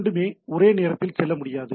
இரண்டுமே ஒரே நேரத்தில் செல்ல முடியாது